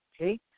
Okay